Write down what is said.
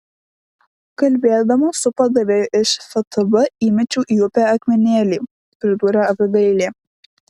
kalbėdama su padavėju iš ftb įmečiau į upę akmenėlį pridūrė abigailė